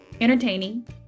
entertaining